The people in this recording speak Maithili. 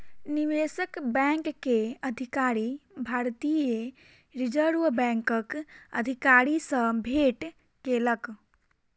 निवेशक बैंक के अधिकारी, भारतीय रिज़र्व बैंकक अधिकारी सॅ भेट केलक